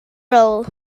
roll